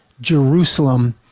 Jerusalem